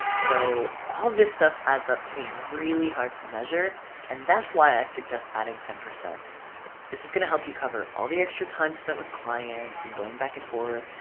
so all this stuff adds up to being really hard to measure and that's why i suggest adding ten. this is gonna help you cover all the extra time spent with clients and going back and forth.